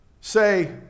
say